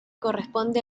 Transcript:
corresponde